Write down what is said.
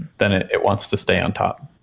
then it it wants to stay on top.